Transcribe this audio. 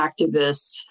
activists